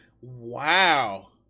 Wow